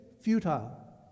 futile